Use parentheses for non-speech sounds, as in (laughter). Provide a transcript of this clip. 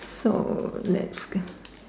so let's (noise)